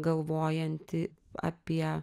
galvojanti apie